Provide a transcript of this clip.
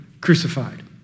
crucified